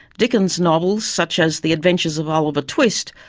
dickens's novels, such as the adventures of oliver twist,